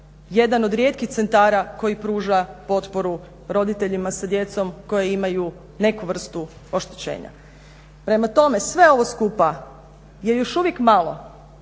Jedan od rijetkih centara koji pruža potporu roditeljima sa djecom koja imaju neku vrstu oštećenja. Prema tome, sve ovo skupa je još uvijek malo